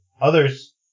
others